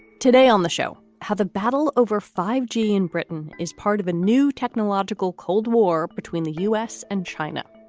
today on the show, have a battle over five point g and britain is part of a new technological cold war between the u s. and china.